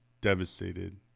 devastated